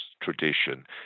tradition